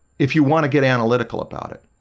if you want to get analytical about it,